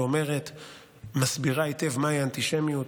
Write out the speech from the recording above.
שמסבירה היטב מהי אנטישמיות,